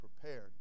prepared